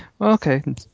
okay